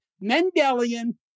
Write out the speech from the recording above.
Mendelian